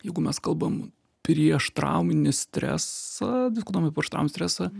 jeigu mes kalbam prieštrauminį stresą diskutuojam apie prieštrauminį stresą